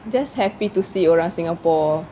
just happy to see orang singapore